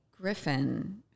Griffin